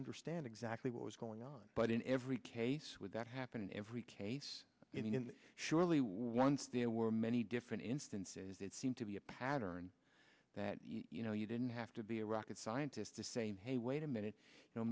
understand exactly what was going on but in every case with that happened in every case in surely once there were many different instances it seemed to be a pattern that you know you didn't have to be a rocket scientist to saying hey wait a minute you know